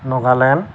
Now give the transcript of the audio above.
Nagaland